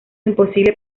imposible